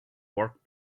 work